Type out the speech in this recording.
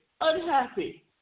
unhappy